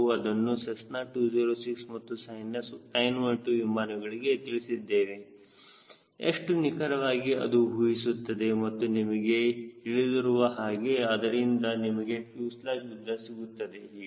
ಹಾಗೂ ಅದನ್ನು ಸೆಸ್ನಾ 206 ಮತ್ತು ಸೈನಸ್ 912 ವಿಮಾನಗಳಿಗೆ ತಿಳಿಸಿದ್ದೇವೆ ಎಷ್ಟು ನಿಖರವಾಗಿ ಅದು ಊಹಿಸುತ್ತದೆ ಮತ್ತು ನಿಮಗೆ ತಿಳಿದಿರುವ ಹಾಗೆ ಅದರಿಂದ ನಿಮಗೆ ಫ್ಯೂಸೆಲಾಜ್ ಉದ್ದ ಸಿಗುತ್ತದೆ